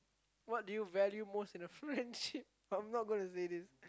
what do you value most in a friendship I'm not gonna say this